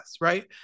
right